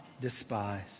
despise